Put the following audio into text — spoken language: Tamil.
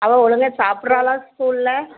அவள் ஒழுங்கா சாப்பிட்றாளா ஸ்கூலில்